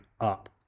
up